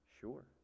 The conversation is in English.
Sure